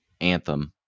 Anthem